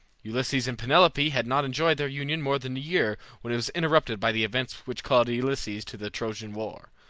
ulysses and penelope had not enjoyed their union more than a year when it was interrupted by the events which called ulysses to the trojan war.